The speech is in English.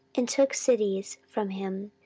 and took cities from him,